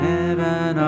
Heaven